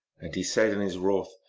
and he said in his wrath,